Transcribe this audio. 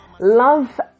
Love